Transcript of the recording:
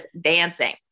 dancing